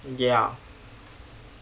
ya